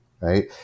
right